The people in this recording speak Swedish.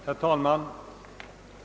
Herr talman!